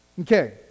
Okay